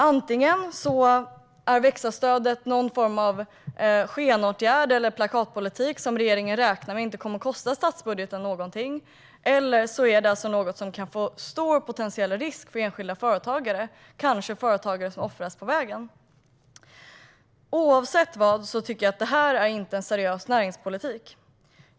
Antingen är växa-stödet någon form av skenåtgärd eller plakatpolitik som regeringen räknar med inte kommer att kosta statsbudgeten någonting eller också är det något som kan innebära en stor potentiell risk för enskilda företagare, som kanske offras på vägen. Oavsett vilket tycker jag inte att detta är en seriös näringspolitik.